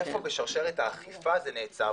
איפה בשרשרת האכיפה זה נעצר,